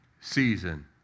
season